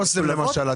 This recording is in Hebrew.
אוסם, למשל?